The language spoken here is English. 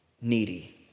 needy